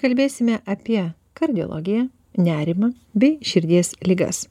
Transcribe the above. kalbėsime apie kardiologiją nerimą bei širdies ligas